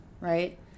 right